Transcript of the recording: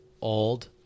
old